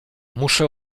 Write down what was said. muszę